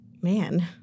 man